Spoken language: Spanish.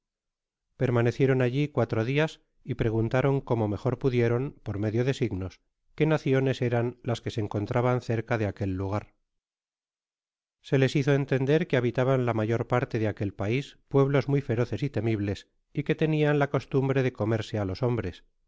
permanecieron alli cuatro dias y preguntaron como mejor pudieron por medio de signos qué naciones eran las que se encontraban cerca de aquel lugar se les hizo entender que habitaban la mayor parte dé aquél pais pueblos muy feroces y temibles y que tenian la costumbre de comerse á los hombres